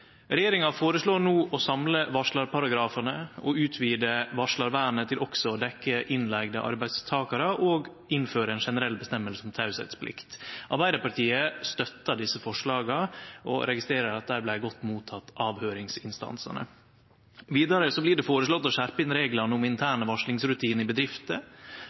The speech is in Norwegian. Regjeringa føreslår no å samle varslarparagrafane og utvide varslarvernet til også å dekkje innleigde arbeidstakarar og innføre ein generell regel om teieplikt. Arbeidarpartiet støttar desse forslaga og registrerer at dei vart godt mottekne av høyringsinstansane. Vidare blir det føreslått å skjerpe inn reglane om interne varslingsrutinar i bedrifter,